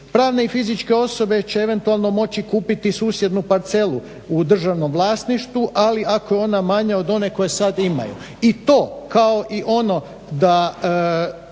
Pravne i fizičke osobe će eventualno moći kupiti susjednu parcelu u državnom vlasništvu, ali ako je ona manja od one koju sad imaju. I to kao i ono da